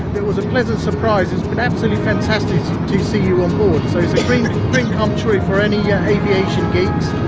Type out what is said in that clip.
it was a pleasant surprise. it's been absolutely fantastic to see you on board. so it's a dream come true for any yeah aviation geeks.